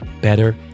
better